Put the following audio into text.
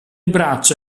braccia